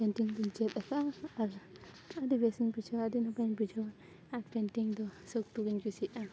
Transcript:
painting ᱫᱚᱧ ᱪᱮᱫ ᱟᱠᱟᱜᱼᱟ ᱟᱨ ᱟᱹᱰᱤ ᱵᱮᱥᱤᱧ ᱵᱩᱡᱷᱟᱹᱣᱟ ᱟᱹᱰᱤ ᱱᱟᱯᱟᱭᱤᱧ ᱵᱩᱡᱷᱟᱹᱣᱟ ᱟᱨ ᱯᱮᱱᱴᱤᱝ ᱫᱚ ᱥᱚᱠᱛᱚ ᱜᱤᱧ ᱠᱩᱥᱤᱭᱟᱜᱼᱟ